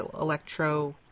electro